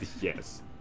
Yes